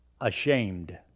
ashamed